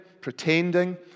pretending